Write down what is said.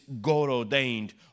God-ordained